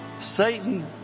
Satan